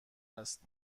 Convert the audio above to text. است